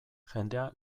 jendea